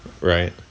right